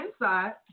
inside